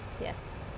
Yes